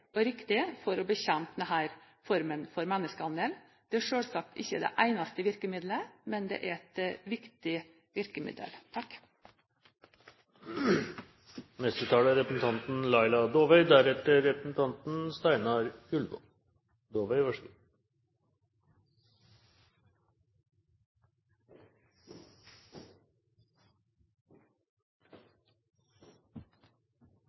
og riktig for å bekjempe denne formen for menneskehandel. Det er selvsagt ikke det eneste virkemidlet, men det er et viktig virkemiddel.